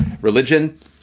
religion